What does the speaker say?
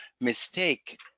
mistake